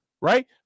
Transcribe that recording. right